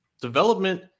development